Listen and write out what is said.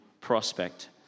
prospect